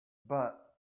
but